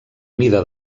mida